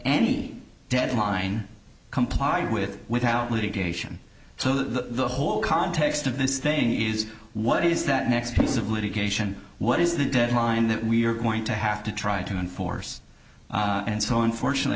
any deadline comply with without litigation so the whole context of this thing is what is that next piece of litigation what is the deadline that we're going to have to try to enforce and so unfortunately